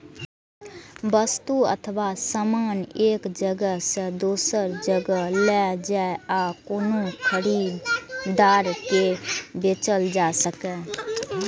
वस्तु अथवा सामान एक जगह सं दोसर जगह लए जाए आ कोनो खरीदार के बेचल जा सकै